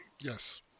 Yes